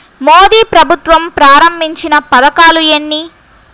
మోదీ ప్రభుత్వం ప్రారంభించిన పథకాలు ఎన్ని?